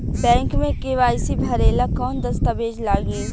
Bank मे KYC भरेला कवन दस्ता वेज लागी?